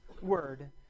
word